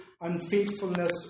unfaithfulness